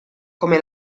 come